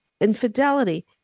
Infidelity